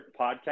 podcast